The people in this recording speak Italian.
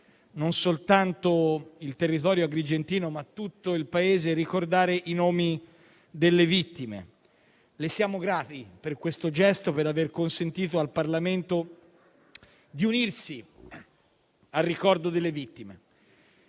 non soltanto il territorio agrigentino, ma tutto il Paese - ricordare i nomi delle vittime. Le siamo grati per questo gesto, per aver consentito al Parlamento di unirsi al ricordo delle vittime,